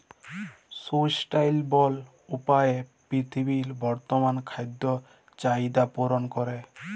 sustainable উপায়ে পীরথিবীর বর্তমাল খাদ্য চাহিদ্যা পূরল ক্যরে